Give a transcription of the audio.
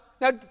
Now